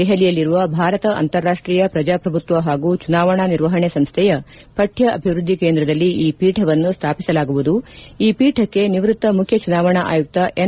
ದೆಹಲಿಯಲ್ಲಿರುವ ಭಾರತ ಅಂತಾರಾಷ್ಷೀಯ ಪ್ರಜಾಪ್ರಭುತ್ವ ಹಾಗೂ ಚುನಾವಣಾ ನಿರ್ವಹಣೆ ಸಂಸ್ಥೆಯ ಪಠ್ಯ ಅಭಿವೃದ್ದಿ ಕೇಂದ್ರದಲ್ಲಿ ಈ ಪೀಠವನ್ನು ಸ್ವಾಪಿಸಲಾಗುವುದು ಈ ಪೀಠಕ್ಕೆ ನಿವೃತ್ತ ಮುಖ್ಯ ಚುನಾವಣಾ ಆಯುಕ್ತ ಎನ್